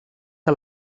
que